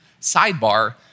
Sidebar